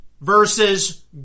versus